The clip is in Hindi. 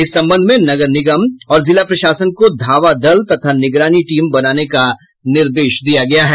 इस संबंध में नगर निगम और जिला प्रशासन को धावा दल तथा निगरानी टीम बनाने का निर्देश दिया गया है